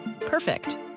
Perfect